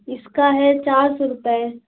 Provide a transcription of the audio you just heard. इसका है चार सौ रुपए